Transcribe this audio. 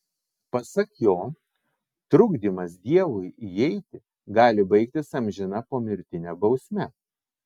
pasak jo trukdymas dievui įeiti gali baigtis amžina pomirtine bausme